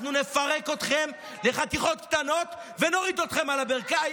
אנחנו נפרק אתכם לחתיכות קטנות ונוריד אתכם על הברכיים,